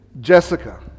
Jessica